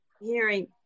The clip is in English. hearing